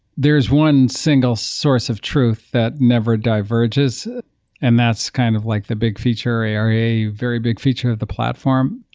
there's one single source of truth that never diverges and that's kind of like the big feature area, a very big feature of the platform.